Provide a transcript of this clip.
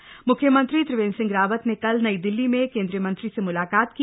म्ख्यमंत्री त्रिव्रम्द्र सिंह रावत न कल नई दिल्ली में केंद्रीय मंत्री स म्लाकात की